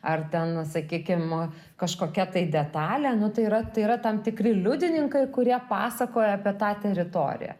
ar ten sakykim kažkokia tai detalė nu tai yra tai yra tam tikri liudininkai kurie pasakoja apie tą teritoriją